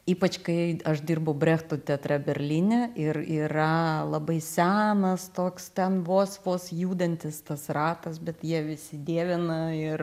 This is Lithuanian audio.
ypač kai aš dirbu brechto teatre berlyne ir yra labai senas toks ten vos vos judantis tas ratas bet jie visi dievina ir